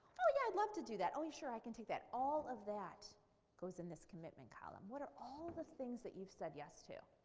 oh yeah i'd love to do that, oh sure i can take that, all of that goes in this commitment column. what are all the things that you've said yes to.